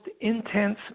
intense